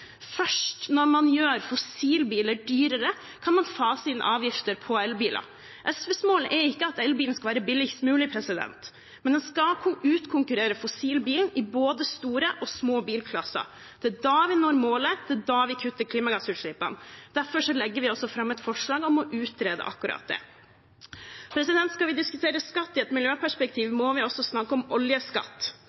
Først når man gjør fossilbiler dyrere, kan man fase inn avgifter på elbiler. SVs mål er ikke at elbilen skal være billigst mulig, men at den skal kunne utkonkurrere fossilbilen i både store og små bilklasser. Det er da vi når målet, det er da vi kutter klimagassutslippene. Derfor legger vi også fram et forslag om å utrede akkurat det. Skal vi diskutere skatt i et miljøperspektiv, må vi også snakke om oljeskatt.